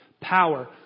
Power